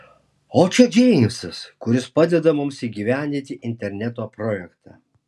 o čia džeimsas kuris padeda mums įgyvendinti interneto projektą